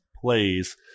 plays